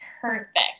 perfect